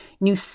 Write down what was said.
new